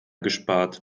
gespart